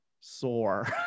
Sore